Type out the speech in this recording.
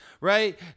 right